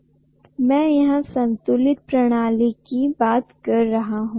मैं यहा संतुलित प्रणाली की बात कर रहा हूं